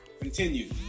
Continue